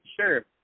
Sure